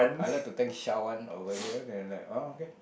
I like to thank Shawan over here and like oh okay